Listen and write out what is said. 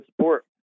support